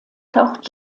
taucht